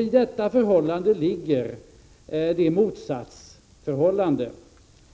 I detta ligger det motsatsförhållande